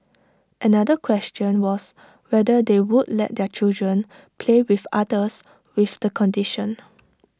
another question was whether they would let their children play with others with the condition